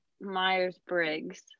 Myers-Briggs